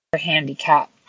handicap